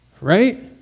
right